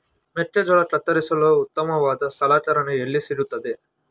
ಮೆಕ್ಕೆಜೋಳ ಕತ್ತರಿಸಲು ಉತ್ತಮವಾದ ಸಲಕರಣೆ ಎಲ್ಲಿ ಸಿಗುತ್ತದೆ?